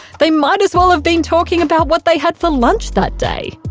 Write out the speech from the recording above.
they might as well have been talking about what they had for lunch that day!